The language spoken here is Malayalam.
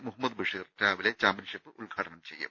മുഹമ്മദ് ബഷീർ രാവിലെ ചാമ്പ്യൻഷിപ്പ് ഉദ്ഘാടനം ചെയ്യും